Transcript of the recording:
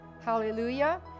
hallelujah